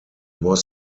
was